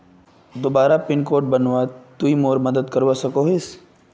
दोबारा pin code बनवात तुई मोर मदद करवा सकोहिस?